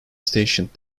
stationed